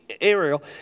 Ariel